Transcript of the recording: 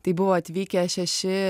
tai buvo atvykę šeši